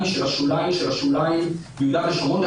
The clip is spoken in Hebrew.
של השוליים של השוליים ביהודה ושומרון,